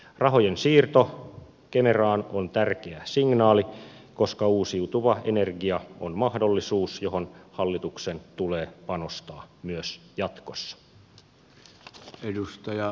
rahojen siirto kemeraan on tärkeä signaali koska uusiutuva energia on mahdollisuus johon hallituksen tulee panostaa myös jatkossa